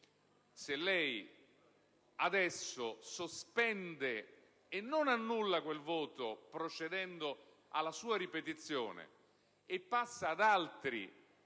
Se lei adesso sospende e non annulla quel voto procedendo alla sua ripetizione, e passa ad altri